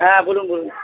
হ্যাঁ বলুন বলুন